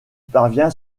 parvient